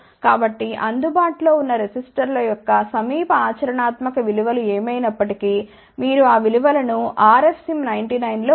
కాబట్టి అందుబాటులో ఉన్న రెసిస్టర్ల యొక్క సమీప ఆచరణాత్మక విలువలు ఏమైనప్పటికీ మీరు ఆ విలు వలను RFSIM 99 లో ఉంచండి